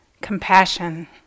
compassion